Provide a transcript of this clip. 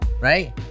Right